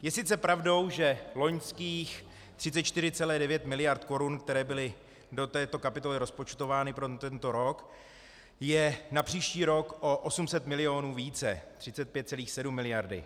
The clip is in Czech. Je sice pravdou, že loňských 34,9 miliardy Kč, které byly do této kapitoly rozpočtovány pro tento rok, je na příští rok o 800 milionů více, 35,7 miliardy.